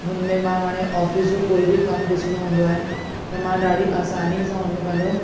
हुनमें मां हाणे ऑफिस जो कोई बि कम ॾिसणो हूंदो आहे त मां ॾाढी असानी सां हुनमें पंहिंजो